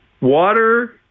Water